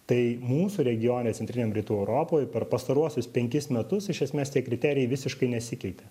tai mūsų regione centriniam rytų europoj per pastaruosius penkis metus iš esmės tie kriterijai visiškai nesikeitė